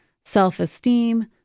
Self-esteem